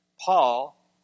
Paul